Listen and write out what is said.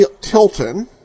Tilton